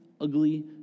ugly